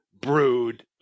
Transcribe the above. brood